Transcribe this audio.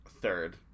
Third